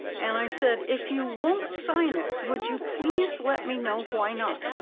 and i said, if you won't sign it, would you please let me know why not?